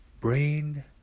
Brain